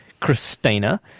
Christina